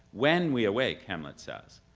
when we awake, hamlet says.